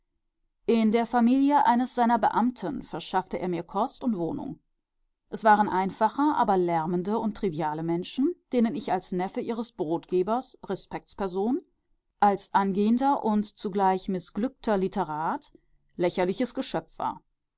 in der familie eines seiner beamten verschaffte er mir kost und wohnung es waren einfache aber lärmende und triviale menschen denen ich als neffe ihres brotgebers respektsperson als angehender und zugleich mißglückter literat lächerliches geschöpf war